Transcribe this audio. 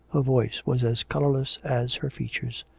her voice was as colourless as her features.